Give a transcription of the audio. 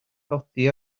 godi